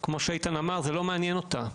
כמו שאיתן אמר, זה לא מעניין אותה.